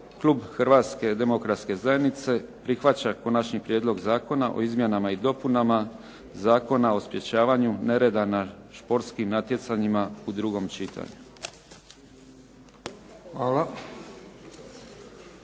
klub Hrvatske demokratske zajednice, prihvaća Konačni prijedlog zakona o izmjenama i dopunama Zakona o sprječavanju nereda na športskim natjecanjima u drugom čitanju.